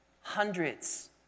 hundreds